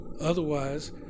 otherwise